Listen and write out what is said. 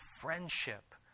friendship